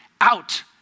out